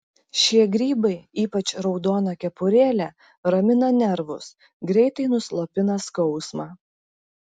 šie grybai ypač raudona kepurėle ramina nervus greitai nuslopina skausmą